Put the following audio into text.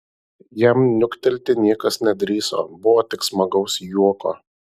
jam niuktelti niekas nedrįso buvo tik smagaus juoko